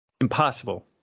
impossible